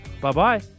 Bye-bye